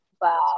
Wow